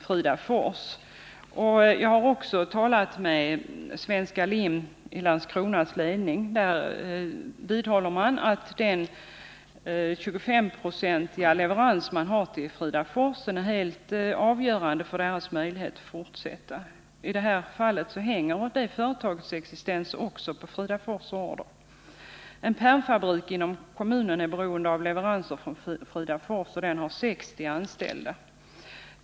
Jag har också talat med ledningen för Svenska Limämnesfabriken AB i Landskrona, och där vidhåller man att företagets leverans till Fridafors av 25960 av tillverkningen är helt avgörande för dess möjligheter att fortsätta. I detta fall hänger det företagets existens på Fridafors order. En pärmfabrik inom kommunen är beroende av leveranser från Fridafors, och den har 60 anställda.